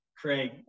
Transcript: Craig